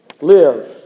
live